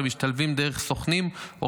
המשתלבים דרך סוכנים או